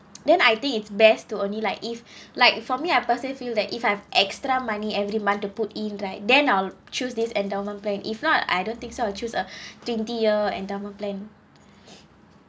then I think it's best to only like if like for me I personally feel that if I have extra money every month to put in right then I'll choose this endowment plan if not I don't think I'll choose a twenty year endowment plan